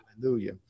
hallelujah